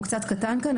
הוא קצת קטן כאן,